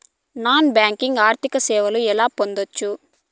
Non banking ఆర్థిక సేవలు ఎలా పొందొచ్చు?